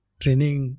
training